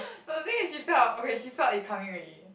the day she felt okay she felt it coming already